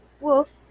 Wolf